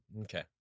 okay